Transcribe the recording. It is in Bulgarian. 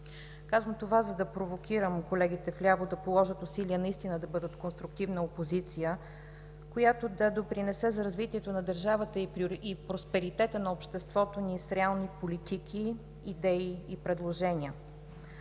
Казвам това, за да провокирам колегите в ляво да положат усилия наистина да бъдат конструктивна опозиция, която да допринесе за развитието на държавата и просперитета на обществото ни с реални политики, идеи и предложения.